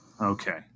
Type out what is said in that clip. Okay